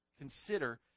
consider